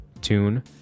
tune